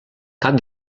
cap